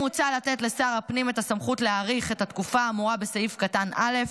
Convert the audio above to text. מוצע לתת לשר הפנים את הסמכות להאריך את התקופה האמורה בסעיף קטן (א)